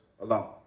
alone